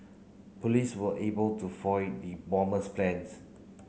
police were able to foil the bomber's plans